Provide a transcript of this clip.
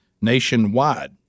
nationwide